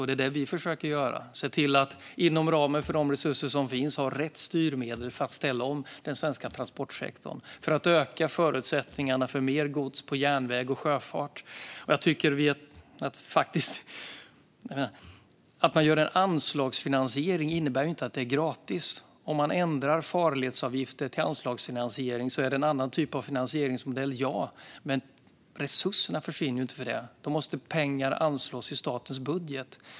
Det är detta vi försöker göra: se till att inom ramen för de resurser som finns ha rätt styrmedel för att ställa om den svenska transportsektorn och öka förutsättningarna för mer gods på järnväg och i sjöfart. Att man gör en anslagsfinansiering innebär inte att det är gratis. Om man går från farledsavgifter till anslagsfinansiering är det en annan typ av finansieringsmodell, ja. Men behovet av resurser försvinner inte för det. Då måste pengar anslås i statens budget.